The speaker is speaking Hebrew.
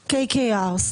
KKR,